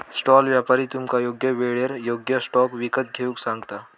stall व्यापारी तुमका योग्य येळेर योग्य स्टॉक विकत घेऊक सांगता